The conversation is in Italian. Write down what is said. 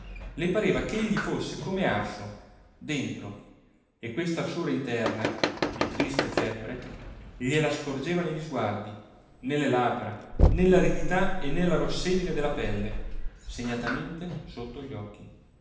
le pareva ch'egli fosse come arso dentro e quest'arsura interna di trista febbre gliela scorgeva negli sguardi nelle labbra nell'aridità e nella rossedine della pelle segnatamente sotto gli occhi